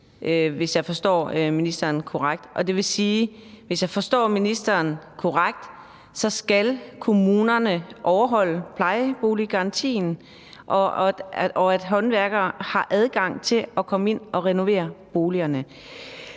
hvis jeg forstår ministeren korrekt, vil det sige, at kommunerne skal overholde plejeboliggarantien og håndværkere skal have adgang til at komme ind og renovere boligerne.